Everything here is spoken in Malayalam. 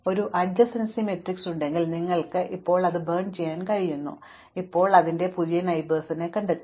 ഇപ്പോൾ ഞങ്ങൾ കണ്ടതുപോലെ ഞങ്ങൾക്ക് ഒരു സമീപസ്ഥ മാട്രിക്സ് ഉണ്ടെങ്കിൽ നിങ്ങൾ ഇപ്പോൾ നിങ്ങളെ ചുട്ടുകളയാൻ പോകുന്നു അപ്പോൾ ഞങ്ങൾ ഇപ്പോൾ അതിന്റെ പുതിയ അയൽക്കാരനെ കണ്ടെത്തി